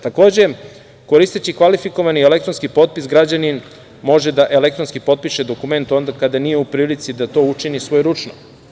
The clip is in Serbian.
Takođe, koristeći kvalifikovani elektronski potpis građanin može da elektronski potpiše dokument onda kada nije u prilici da to učini svojeručno.